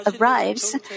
arrives